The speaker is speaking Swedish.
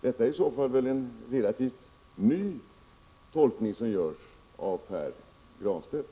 Det är i så fall en relativt ny tolkning som görs av Pär Granstedt.